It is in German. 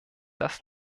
das